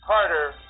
Carter